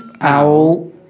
owl